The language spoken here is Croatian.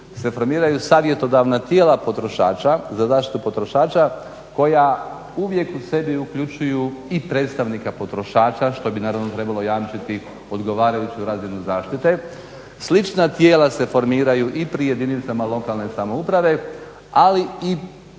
se formiraju savjetodavna tijela potrošača za zaštitu potrošača koja uvijek u sebi uključuju i predstavnika potrošača što bi trebalo jamčiti odgovarajuću razinu zaštite. Slična tijela se formiraju i pri jedinicama lokalne samouprave ali i